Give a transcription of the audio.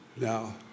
Now